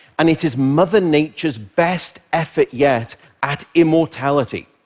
and it is mother nature's best effort yet at immortality.